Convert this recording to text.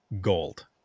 gold